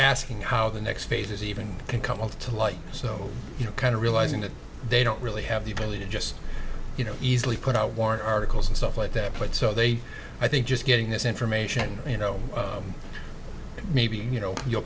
sking how the next phase is even a couple to like so you know kind of realising that they don't really have the ability to just you know easily put out warren articles and stuff like that but so they i think just getting this information you know maybe you know you'll